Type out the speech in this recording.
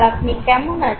আপনি কেমন আছেন